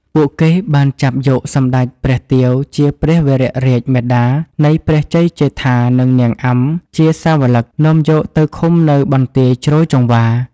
ពួកគេបានចាប់យកសម្តេចព្រះទាវជាព្រះវររាជមាតានៃព្រះជ័យជេដ្ឋា និង នាងអាំ ជាសាវឡិក នាំយកទៅឃុំនៅ បន្ទាយជ្រោយចង្វា។